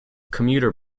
commuter